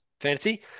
fantasy